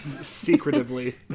Secretively